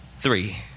three